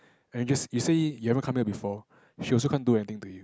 and just you say you haven't come here before she also can't do anything to you